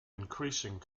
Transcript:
increasing